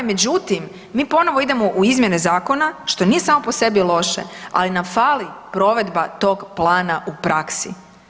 Međutim, mi ponovno idemo u izmjene zakona što nije samo po sebi loše, ali nam fali provedba tog plana u praksi.